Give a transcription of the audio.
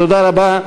תודה רבה.